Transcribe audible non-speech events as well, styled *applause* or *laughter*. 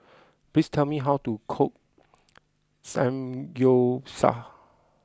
please tell me how to cook *noise* Samgyeopsal